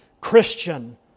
Christian